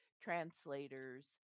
Translators